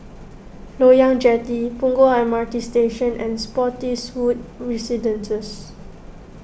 Loyang Jetty Punggol M R T Station and Spottiswoode Residences